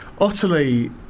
utterly